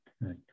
right